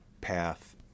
path